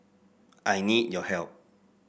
I need your help